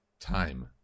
Time